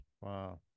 Wow